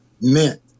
meant